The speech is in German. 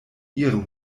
ihrem